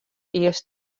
earst